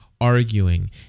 arguing